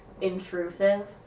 intrusive